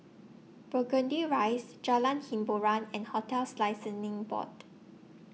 Burgundy Rise Jalan Hiboran and hotels Licensing Board